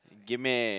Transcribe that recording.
gimme